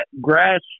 grass